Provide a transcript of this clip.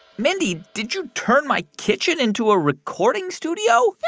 mindy, did you turn my kitchen into a recording studio?